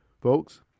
folks